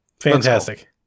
Fantastic